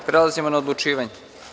Prelazimo na odlučivanje.